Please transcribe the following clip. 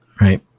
Right